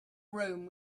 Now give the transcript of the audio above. rome